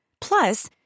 Plus